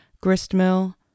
gristmill